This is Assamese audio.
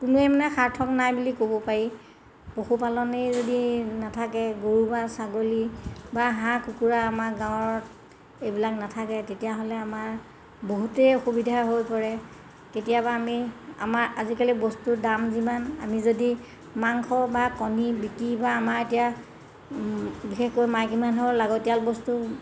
কোনোৱে মানে সাৰ্থক নাই বুলি ক'ব পাৰি পশুপালনেই যদি নাথাকে গৰু বা ছাগলী বা হাঁহ কুকুৰা আমাৰ গাঁৱত এইবিলাক নাথাকে তেতিয়াহ'লে আমাৰ বহুতেই অসুবিধা হৈ পৰে কেতিয়াবা আমি আমাৰ আজিকালি বস্তুৰ দাম যিমান আমি যদি মাংস বা কণী বিক্ৰী বা আমাৰ এতিয়া বিশেষকৈ মাইকী মানুহৰ লাগতিয়াল বস্তু